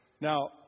Now